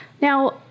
Now